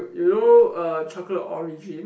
you know er chocolate origin